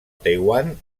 taiwan